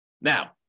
Now